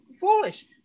foolish